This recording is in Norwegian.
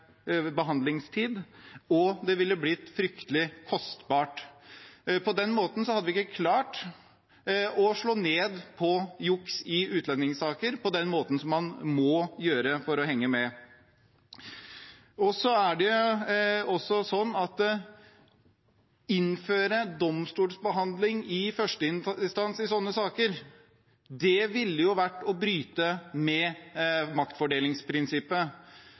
behandlingstid, og det ville blitt fryktelig kostbart. På den måten hadde vi ikke klart å slå ned på juks i utlendingssaker på den måten som man må gjøre for å henge med. Det er også sånn at å innføre domstolsbehandling i førsteinstans i sånne saker, ville vært å bryte med maktfordelingsprinsippet.